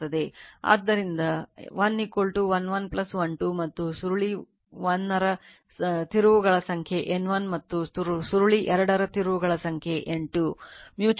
ಆದ್ದರಿಂದ 1 1 1 1 2 ಮತ್ತು ಸುರುಳಿ1 ರ ತಿರುವುಗಳ ಸಂಖ್ಯೆ N 1 ಮತ್ತು ಸುರುಳಿ 2 ರ ತಿರುವುಗಳ ಸಂಖ್ಯೆ N 2